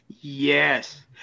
Yes